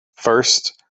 first